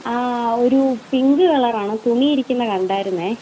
ആ ഒരു pink colour ആണോ തുണി ഇരിക്കുന്നത് കണ്ടായിരുന്നേ